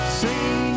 sing